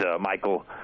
Michael